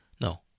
no